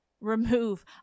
Remove